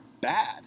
bad